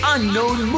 Unknown